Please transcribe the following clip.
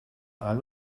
all